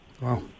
Wow